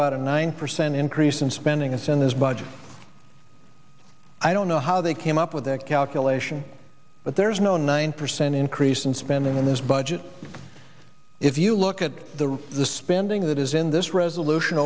about a nine percent increase in spending if in his budget i don't know how they came up with that calculation but there is no nine percent increase in spending in this budget if you look at the the spending that is in this resolution